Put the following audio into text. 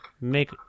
make